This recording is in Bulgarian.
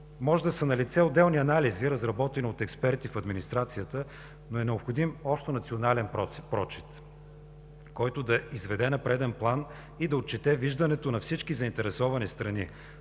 Може да са налице отделни анализи, разработени от експерти в администрацията, но е необходим общонационален прочит, който да изведе на преден план и да отчете виждането на всички заинтересовани страни